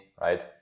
right